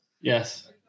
Yes